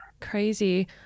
Crazy